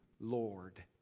Lord